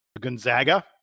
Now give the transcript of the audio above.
Gonzaga